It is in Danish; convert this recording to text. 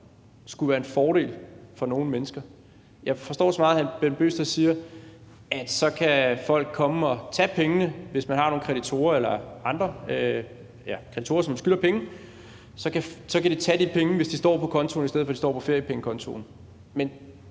skulle være en fordel for nogle mennesker. Jeg forstår så meget, at hr. Bent Bøgsted siger, at så kan folk komme og tage pengene, hvis man har nogle kreditorer, som man skylder penge, hvis de står på kontoen, i stedet for at de står på feriepengekontoen. Men